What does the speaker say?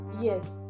yes